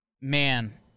man